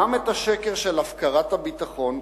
גם את השקר של הפקרת הביטחון,